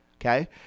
okay